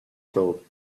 thought